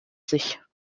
sich